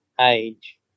age